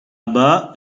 bas